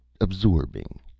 absorbing